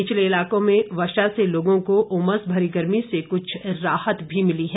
निचले इलाकों में वर्षा से लोगों को उमस भरी गर्मी से कुछ राहत भी मिली है